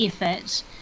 effort